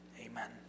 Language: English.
Amen